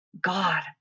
God